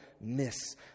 miss